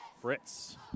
Fritz